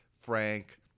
Frank